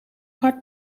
hard